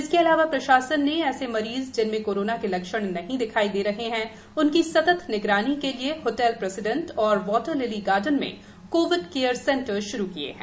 इसके अलावा प्रशासन ने ऐसे मरीज जिनमें कोरोना के लक्षण नहीं दिखाई दे रहे हैं उनकी सतत निगरानी के लिए होटल प्रेसिडेंट और वाटर लिली गार्डन में कोविड केयर सेंटर श्रु किए हैं